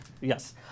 Yes